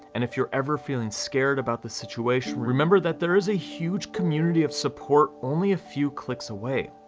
and if you're ever feeling scared about the situation, remember that there is a huge community of support, only a few clicks away.